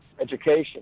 education